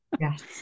Yes